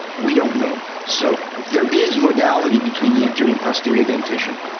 we don't know. so there is modality between the anterior and posterior dentition.